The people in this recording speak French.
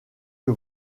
que